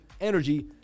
energy